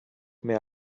mehr